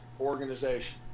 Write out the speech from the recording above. organization